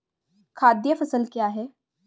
खाद्य फसल क्या है?